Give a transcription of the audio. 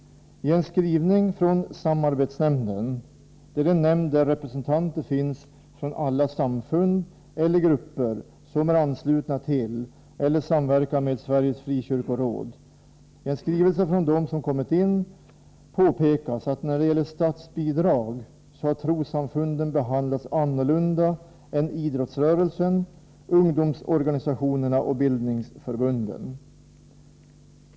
I en skrivelse som kommit in från samarbetsnämnden — den nämnd där det finns representanter från alla samfund eller grupper som är anslutna till eller samarbetar med Sveriges frikyrkoråd — påpekas att när det gäller statsbidrag har trossamfunden behandlats annorlunda än idrottsrörelsen, ungdomsorganisationerna och bildningsförbunden.